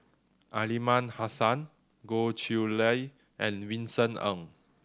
Aliman Hassan Goh Chiew Lye and Vincent Ng